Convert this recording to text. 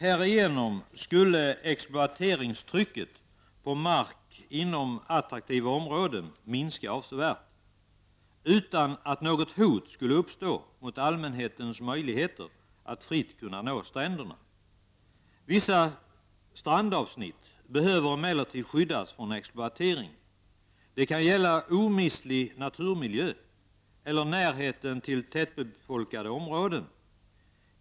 Härigenom skulle exploateringstrycket på mark inom attraktiva områden minska avsevärt, utan att något hot skulle uppstå mot allmänhetens möjligheter att fritt nå stränderna. Vissa strandavsnitt behöver emellertid skyddas från exploatering. Det kan gälla omistlig naturmiljö eller närheten till tättbefolkade områden.